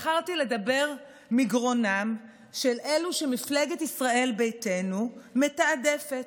בחרתי לדבר מגרונם של אלו שמפלגת ישראל ביתנו מתעדפת: